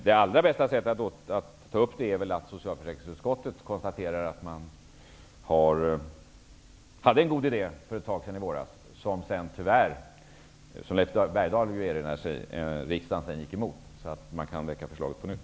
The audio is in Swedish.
Det allra bästa sättet att ta upp frågan är väl att socialförsäkringsutskottet konstaterar att man hade en god idé i våras som riksdagen tyvärr, vilket Leif Bergdahl kan erinra sig, gick emot. Så man kan väcka förslaget på nytt.